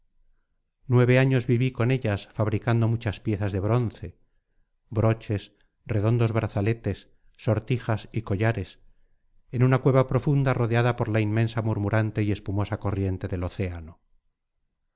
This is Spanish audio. nueve años viví con ellas fabricando muchas piezas de bronce broches redondos brazaletes sortijas y collares en una cueva profunda rodeada por la inmensa murmurante y espumosa corriente del océano